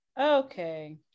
okay